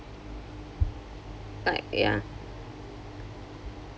like ya